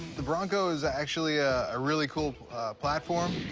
the bronco's actually a ah really cool platform,